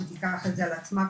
שתיקח את זה על עצמה,